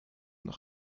nach